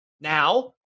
now